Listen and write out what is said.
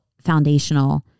foundational